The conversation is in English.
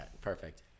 perfect